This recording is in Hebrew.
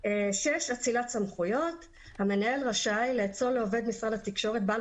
אצילת סמכויות 6 המנהל רשאי לאצול לעובד משרד התקשורת בעל